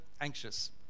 anxious